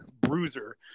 bruiser